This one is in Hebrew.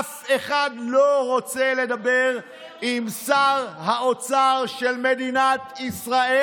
אף אחד לא רוצה לדבר עם שר האוצר של מדינת ישראל,